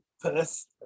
Perth